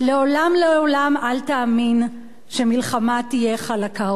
לעולם אל תאמין שמלחמה תהיה חלקה או פשוטה,